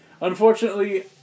Unfortunately